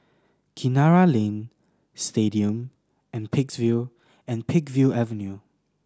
Kinara Lane Stadium and and Peakville Avenue